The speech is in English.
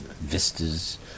vistas